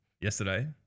Yesterday